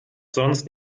sonst